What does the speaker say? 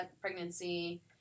pregnancy